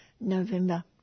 November